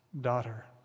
daughter